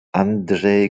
andrei